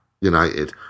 United